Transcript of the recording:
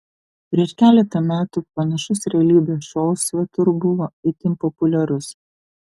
prieš keletą metų panašus realybės šou svetur buvo itin populiarus